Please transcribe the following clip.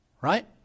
Right